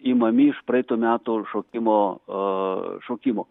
imami iš praeitų metų šaukimo a šaukimo